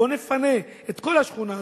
בואו ונפנה את כל השכונה הזאת,